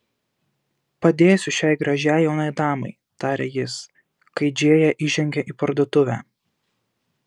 padėsiu šiai gražiai jaunai damai tarė jis kai džėja įžengė į parduotuvę